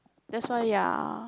that's why ya